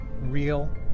real